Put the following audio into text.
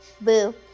boo